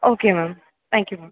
okay ma'am thank you ma'am